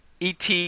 ET